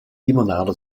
limonade